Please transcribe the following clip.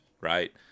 right